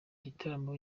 gitaramo